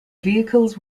vehicles